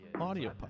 audio